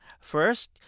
First